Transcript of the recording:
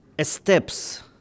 steps